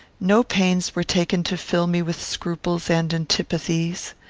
no pains were taken to fill me with scruples and antipathies.